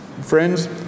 Friends